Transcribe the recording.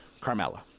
Carmella